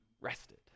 rested